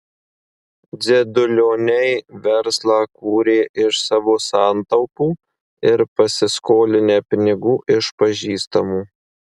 dzedulioniai verslą kūrė iš savo santaupų ir pasiskolinę pinigų iš pažįstamų